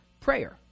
prayer